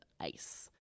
ice